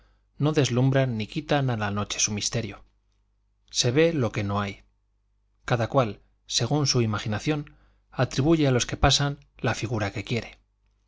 no deslumbran ni quitan a la noche su misterio se ve lo que no hay cada cual según su imaginación atribuye a los que pasan la figura que quiere